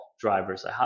drivers